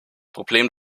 problem